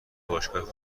باشگاه